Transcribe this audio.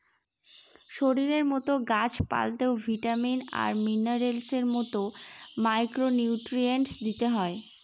শরীরের মতো গাছ পালতেও ভিটামিন আর মিনারেলস এর মতো মাইক্র নিউট্রিয়েন্টস দিতে হয়